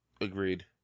agreed